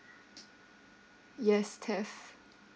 yes theft